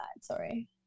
sorry